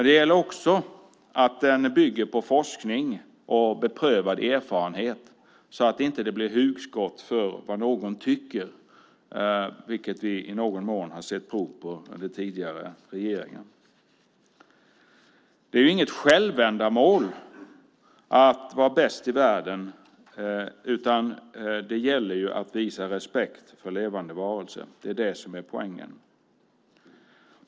Det gäller också att den bygger på forskning och beprövad erfarenhet så att det inte blir hugskott för vad någon tycker, vilket vi i någon mån har sett prov på under den tidigare regeringen. Det är inget självändamål att vara bäst i världen. Det gäller att visa respekt för levande varelser. Det är det som är poängen.